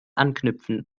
anknüpfen